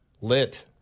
lit